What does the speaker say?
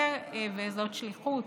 וזאת שליחות.